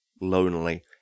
lonely